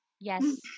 Yes